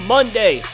Monday